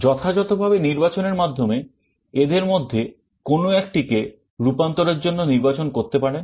যথাযথভাবে নির্বাচনের মাধ্যমে এদের মধ্যে কোন একটিকে রূপান্তরের জন্য নির্বাচন করতে পারেন